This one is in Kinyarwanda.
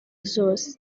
zoze